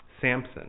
Samson